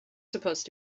supposed